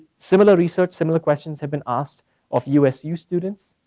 similar research, similar questions have been asked of usu students.